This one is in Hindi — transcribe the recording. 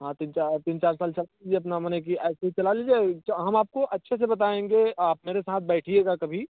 हाँ तो तीन चार साल चलने दीजिए अपना माने कि ऐसे ही चला लीजिए हम आपको अच्छे से बताएंगे आप मेरे साथ बैठिएगा कभी